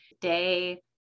Day